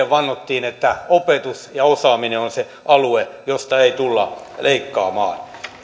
vannottiin että opetus ja osaaminen on se alue josta ei tulla leikkaamaan